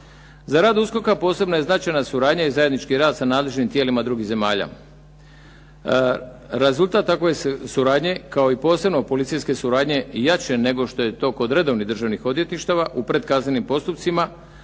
Za rad USKOK-a posebno je značajna suradnja i zajednički rad sa nadležnim tijelima drugih zemalja. Rezultat takve suradnje kao i posebno policijske suradnje jače nego je to kod redovnih državnih odvjetništava u predkaznenim postupcima,